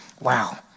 Wow